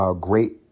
great